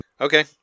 Okay